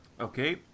Okay